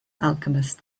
alchemist